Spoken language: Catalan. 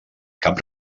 cap